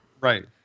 Right